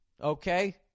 okay